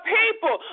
people